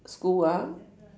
school ah